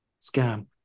scam